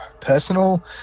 personal